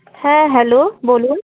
হ্যাঁ হ্যালো বলুন